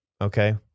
Okay